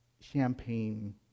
champagne